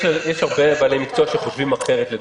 יש הרבה בעלי מקצוע שחושבים אחרת.